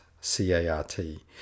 C-A-R-T